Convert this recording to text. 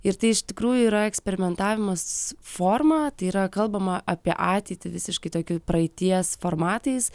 ir tai iš tikrųjų yra eksperimentavimas forma tai yra kalbama apie ateitį visiškai tokiu praeities formatais